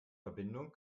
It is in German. verbindung